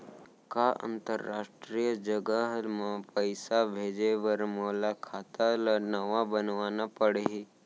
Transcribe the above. का अंतरराष्ट्रीय जगह म पइसा भेजे बर मोला खाता ल नवा बनवाना पड़ही?